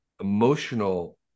emotional